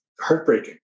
heartbreaking